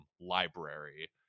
library